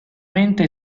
mente